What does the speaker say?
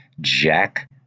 Jack